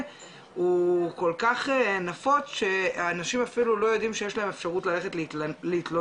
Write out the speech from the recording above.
הוא כל כך נפוץ האנשים אפילו לא יודעים שיש להם אפשרות ללכת להתלונן.